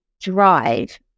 drive